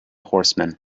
horsemen